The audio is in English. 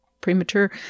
premature